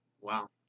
wow